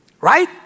right